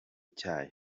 cyayo